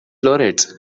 florets